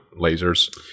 lasers